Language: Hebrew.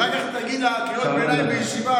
אחר כך תגיד לה: קריאות ביניים בישיבה,